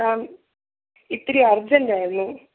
മാം ഇത്തിരി അർജൻറ്റായിരുന്നു